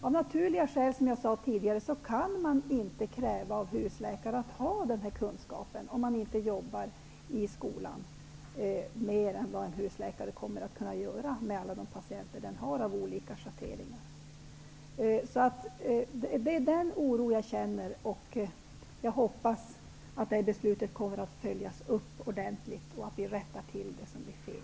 Av naturliga skäl, som jag sade tidigare, kan man inte kräva att husläkaren har denna kunskap om han eller hon inte jobbar i skolan mera än vad en husläkare kommer att kunna göra med alla de patienter av olika schatteringar den har. Det är den oro jag känner. Jag hoppas att detta beslut kommer att följas upp ordentligt och att vi rättar till det som blir fel.